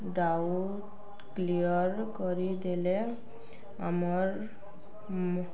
doubt clear କରିଦେଲେ ଆମର୍